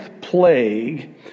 plague